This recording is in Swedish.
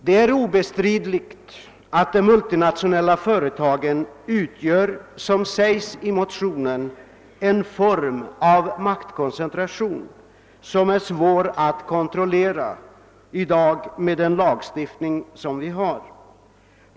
Det är obestridligt att de multinationella företagen utgör — som det sägs i motionen — en form av maktkoncentration som är svår att kontrollera med den lagstiftning som vi har i dag.